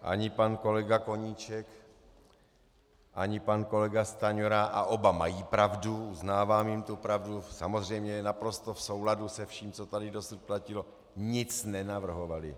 Ani pan kolega Koníček ani pan kolega Stanjura a oba mají pravdu, uznávám jim tu pravdu, samozřejmě, je naprosto v souladu se vším, co tady dosud platilo nic nenavrhovali.